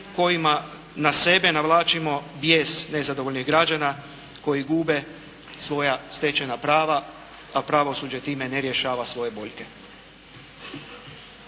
kojima na sebe navlačimo bijes nezadovoljnih građana koji gube svoja stečena prava, a pravosuđe time ne rješava svoje boljke.